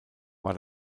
war